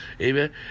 Amen